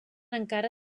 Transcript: encara